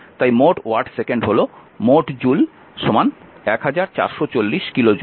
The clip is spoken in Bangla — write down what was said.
তাই মোট ওয়াট সেকেন্ড মোট জুল 1440 কিলো জুল